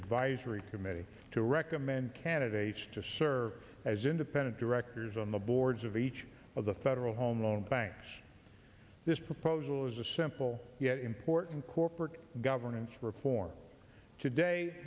advisory committee to recommend candidates to serve as independent directors on the boards of each of the federal home loan banks this proposal is a simple yet important corporate governance reform today